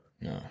No